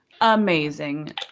amazing